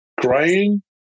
crying